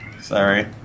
Sorry